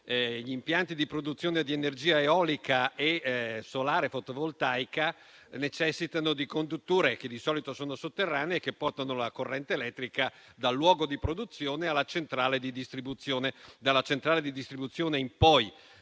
gli impianti di produzione di energia eolica e solare fotovoltaica necessitano di condutture che di solito sono sotterranee e portano la corrente elettrica dal luogo di produzione alla centrale di distribuzione. Della centrale di distribuzione in poi